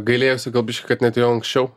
gailėjausi gal biškį kad neatėjau anksčiau